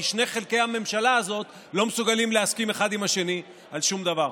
כי שני חלקי הממשלה הזאת לא מסוגלים להסכים אחד עם השני על שום דבר.